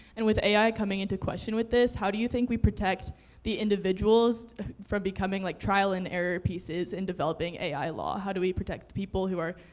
and with ai coming into question with this, how do you think we protect the individuals from becoming like trial and error pieces in developing ai law? how do we protect the people who are,